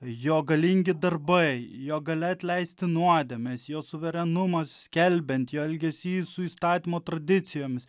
jo galingi darbai jo galia atleisti nuodėmes jo suverenumas skelbiant jo elgesys su įstatymo tradicijomis